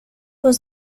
was